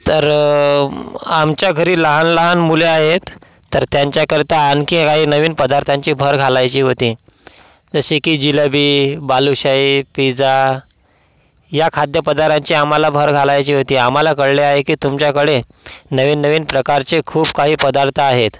तर आमच्या घरी लहानलहान मुले आहेत तर त्यांच्याकरता आणखी काही नवीन पदार्थांची भर घालायची होती जसे की जिलबी बालुशाही पिजा या खाद्यपदारांची आम्हाला भर घालायची होती आम्हाला कळले आहे की तुमच्याकडे नवीन नवीन प्रकारचे खूप काही पदार्थ आहेत